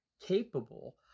capable